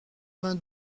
vingt